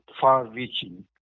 far-reaching